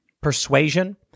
persuasion